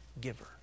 giver